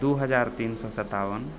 दू हजार तीन सए सत्ताबन